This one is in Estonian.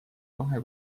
kahe